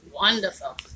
Wonderful